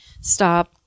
stop